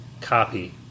copy